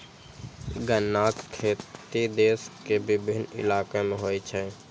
गन्नाक खेती देश के विभिन्न इलाका मे होइ छै